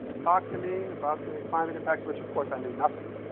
talked to me about the climate impacts, which, of course, i knew nothing,